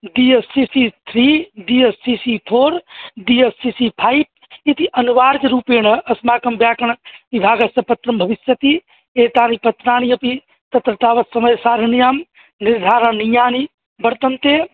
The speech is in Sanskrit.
D S C C three D S C C four D S C C five इति अनिवार्यरूपेण अस्माकं व्याकरणविभागस्य पत्रं भविष्यति एतानि पत्राणि अपि तत्र तावत् समयसारण्यां निर्धारनियाणि वर्तन्ते